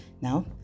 Now